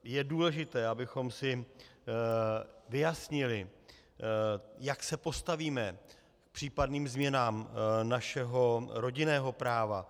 Je důležité, abychom si vyjasnili, jak se postavíme k případným změnám našeho rodinného práva.